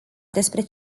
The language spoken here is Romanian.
despre